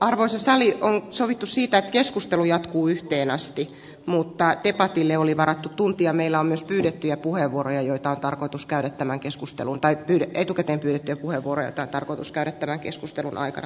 arvoisa sali on sovittu sillä keskustelu jatkuu yhteen asti mutta irakille oli varattu tuntia meillä on myös pyydettyjä puheenvuoroja joita on tarkoitus käydä tämän keskustelun tai kyllä etukäteenkin ja kuivureita karkotuskärttävä keskustelun puhemies